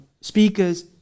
speakers